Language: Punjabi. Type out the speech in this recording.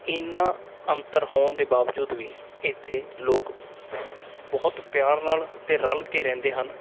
ਇੰਨਾ ਅੰਤਰ ਹੋਣ ਦੇ ਬਾਵਜੂਦ ਵੀ ਇੱਥੇ ਲੋਕ ਬਹੁਤ ਪਿਆਰ ਨਾਲ ਅਤੇ ਰਲ ਕੇ ਰਹਿੰਦੇ ਹਨ